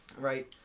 Right